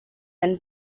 and